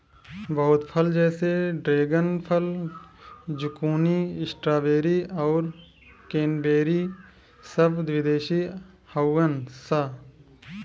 बहुत फल जैसे ड्रेगन फल, ज़ुकूनी, स्ट्रॉबेरी आउर क्रेन्बेरी सब विदेशी हाउअन सा